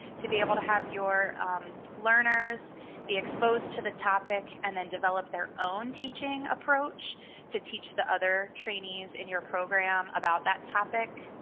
to be able to have your learners be exposed to the topic and the develop their own teaching approach to teach the other trainees in your program about that topic.